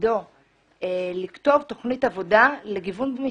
שתפקידו לכתוב תוכנית עבודה לגיוון במשרד.